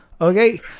Okay